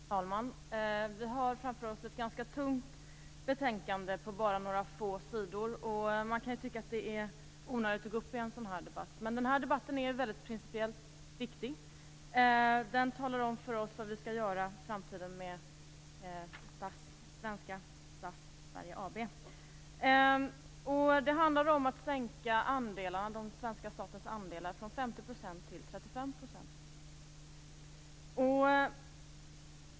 Herr talman! Vi har framför oss ett ganska tunt betänkande, på bara några få sidor, och man kan tycka att det är onödigt att gå upp i en sådan här debatt. Men debatten är principiellt viktig, då den talar om för oss vad vi skall göra i framtiden med SAS Sverige AB. Det handlar om att sänka svenska statens andel från 50 % till 35 %.